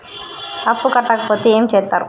అప్పు కట్టకపోతే ఏమి చేత్తరు?